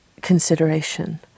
consideration